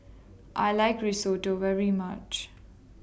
I like Risotto very much